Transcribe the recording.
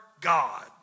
God